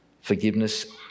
forgiveness